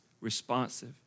responsive